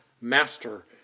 master